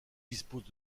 dispose